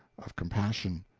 of compassion.